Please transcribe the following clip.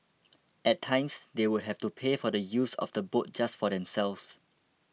at times they would have to pay for the use of the boat just for themselves